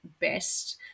best